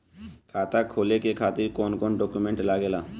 खाता खोले के खातिर कौन कौन डॉक्यूमेंट लागेला?